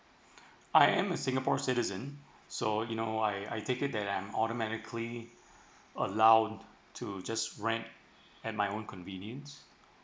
I am a singapore citizen so you know I I taken that I'm all the medically allowed to just right at my own convenience